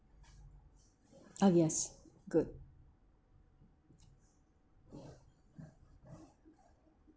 oh yes good